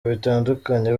bitandukanye